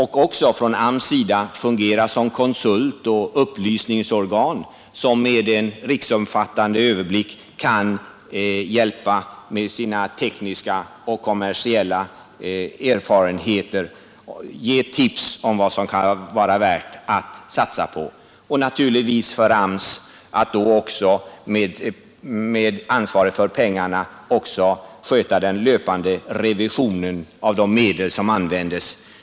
AMS bör också fungera som konsultoch upplysningsorgan, som med sin riksomfattande överblick och sina tekniska och kommersiella erfarenheter kan ge tips om vad som kan vara värt att satsa på. Med ansvaret för pengarna följer också att AMS sköter den löpande revisionen av de medel som används.